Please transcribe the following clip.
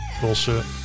bullshit